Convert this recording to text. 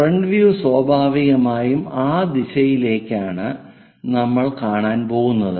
front view സ്വാഭാവികമായും ആ ദിശയിലേക്കാണ് നമ്മൾ കാണാൻ പോകുന്നത്